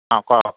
অঁ কওক